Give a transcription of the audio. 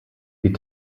die